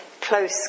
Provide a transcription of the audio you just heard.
close